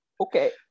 okay